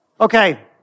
Okay